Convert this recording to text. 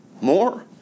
more